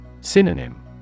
Synonym